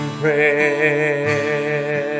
prayer